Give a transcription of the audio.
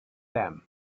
them